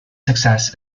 success